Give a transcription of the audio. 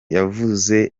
yavuze